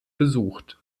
besucht